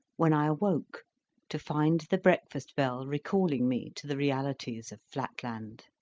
when i awoke to find the breakfast-bell recalling me to the realities of flatland,